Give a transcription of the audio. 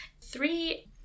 Three